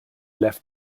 left